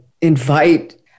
invite